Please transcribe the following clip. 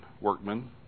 workmen